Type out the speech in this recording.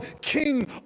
king